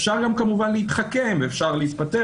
אפשר גם כמובן להתחכם ואפשר להתפטר